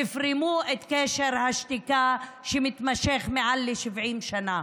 תפרמו את קשר השתיקה שמתמשך מעל 70 שנה.